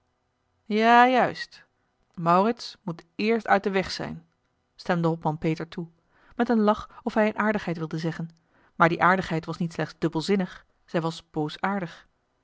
ja juist maurits moet eerst uit den weg zijn stemde hopman peter toe met een lach of hij eene aardigheid wilde zeggen maar die aardigheid was niet slechts dubbelzinnig zij was